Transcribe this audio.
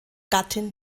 gattin